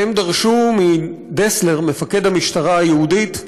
והם דרשו מדסלר, מפקד המשטרה היהודית,